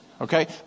okay